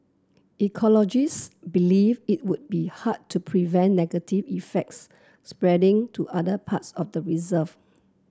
ecologists believe it would be hard to prevent negative effects spreading to other parts of the reserve